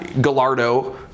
Gallardo